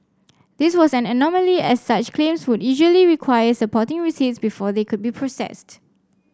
this was an anomaly as such claims would usually require supporting receipts before they could be processed